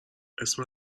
اسم